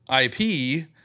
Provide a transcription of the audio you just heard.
IP